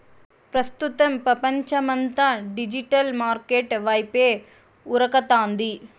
ప్రస్తుతం పపంచమంతా digital market వైపే ఉరకతాంది